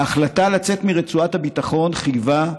ההחלטה לצאת מרצועת הביטחון חייבה,